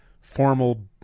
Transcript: formal